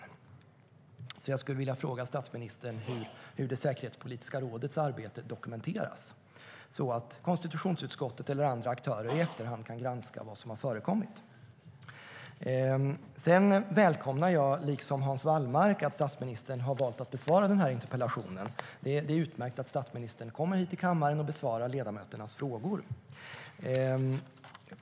Jag skulle därför vilja fråga statsministern hur det säkerhetspolitiska rådets arbete dokumenteras, så att konstitutionsutskottet eller andra aktörer i efterhand kan granska vad som har förekommit. Sedan välkomnar jag, liksom Hans Wallmark, att statsministern har valt att besvara den här interpellationen. Det är utmärkt att statsministern kommer hit till kammaren och besvarar ledamöternas frågor.